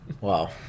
Wow